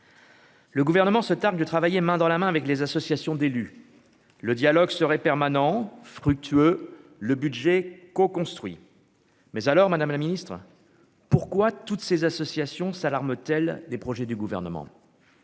Le gouvernement se targue de travailler main dans la main avec les associations d'élus, le dialogue serait permanent, fructueux, le budget co-construit mais alors Madame la Ministre, pourquoi toutes ces associations, s'alarme-t-elle les projets du gouvernement,